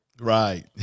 Right